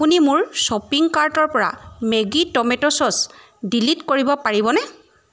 আপুনি মোৰ শ্বপিং কাৰ্টৰ পৰা মেগী ট'মেটো চ'চ ডিলিট কৰিব পাৰিবনে